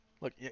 look